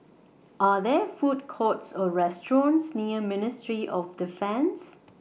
Are There Food Courts Or restaurants near Ministry of Defence